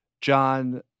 John